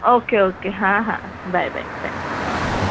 okay okay हां हां bye bye bye bye